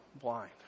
blind